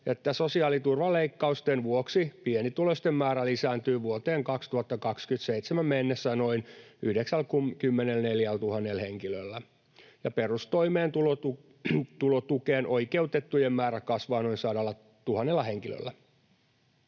sosiaaliturvaleikkausten vuoksi pienituloisten määrä lisääntyy vuoteen 2027 mennessä noin 94 000 henkilöllä ja perustoimeentulotukeen oikeutettujen määrä kasvaa noin 100 000 henkilöllä.